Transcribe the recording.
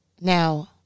Now